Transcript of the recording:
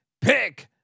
pick